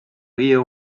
rear